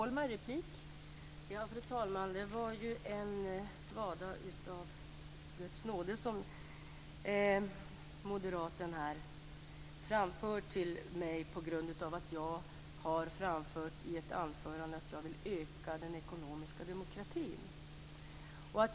Fru talman! Det var en svada av Guds nåde som den moderata ledamoten riktade mot mig på grund av att jag i ett anförande har framhållit att jag vill att den ekonomiska demokratin ökas.